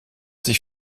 sich